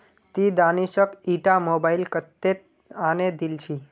ती दानिशक ईटा मोबाइल कत्तेत आने दिल छि